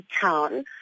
town